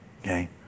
Okay